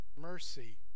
Mercy